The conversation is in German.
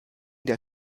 der